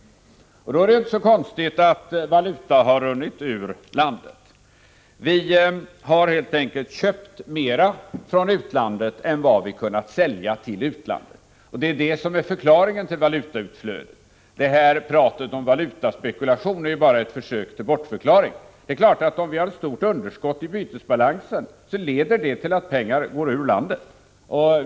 Då är det inte så konstigt att valuta har runnit ut ur landet. Vi har helt enkelt köpt mera från utlandet än vad vi kunnat sälja till utlandet. Det är det som är förklaringen till valutautflödet. Pratet om valutaspekulation är bara ett försök till bortförklaring. Det är klart att om vi har ett stort underskott i bytesbalansen, leder det till att pengar går ur landet.